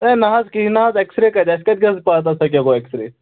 ہے نا حظ کِہیٖنۍ حظ ایکٕسرے کَتہِ اَسہِ کَتہِ گٔیے حظ پَتہ سۄ کیٛاہ گوٚو ایکٕسرے